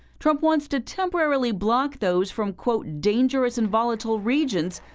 trump wants to temporarily block those from, quote, dangerous and volatile regions,